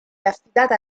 affidata